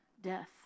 death